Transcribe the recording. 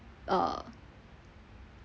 uh